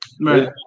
right